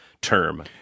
term